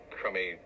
crummy